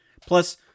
plus